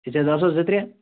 أسۍ حظ آسَو زٕ ترٛےٚ